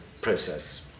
process